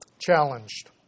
challenged